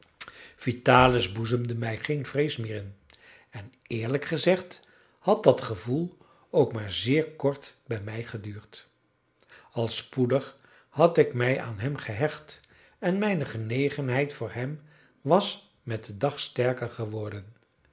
vitalis boezemde mij geen vrees meer in en eerlijk gezegd had dat gevoel ook maar zeer kort bij mij geduurd al spoedig had ik mij aan hem gehecht en mijne genegenheid voor hem was met den dag sterker geworden